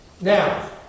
Now